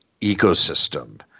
ecosystem